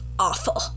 awful